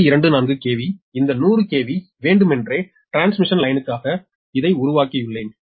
24 KV இந்த 100 KV வேண்டுமென்றே transmission லைனுக்காக இதை உருவாக்கியுள்ளேன்